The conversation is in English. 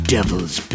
Devil's